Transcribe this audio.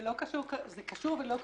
זה קשור ולא קשור.